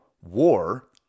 War